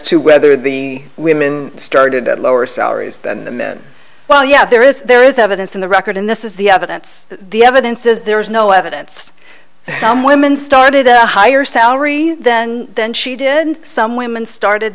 to whether the women started at lower salaries than the men well yeah there is there is evidence in the record and this is the evidence the evidence is there is no evidence some women started a higher salary than she did and some women